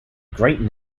great